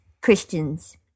Christians